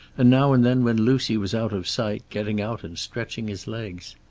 and now and then when lucy was out of sight getting out and stretching his legs.